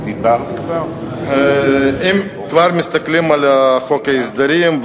אם כבר מסתכלים על חוק ההסדרים,